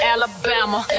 Alabama